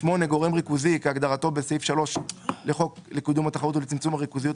(8)גורם ריכוזי כהגדרתו בסעיף 3 לחוק לקידום התחרות ולצמצום הריכוזיות,